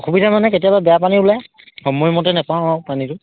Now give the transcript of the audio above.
অসুবিধা মানে কেতিয়াবা বেয়া পানী ওলাই সময়মতে নাপাওঁ আৰু পানীটো